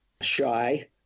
shy